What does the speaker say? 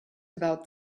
about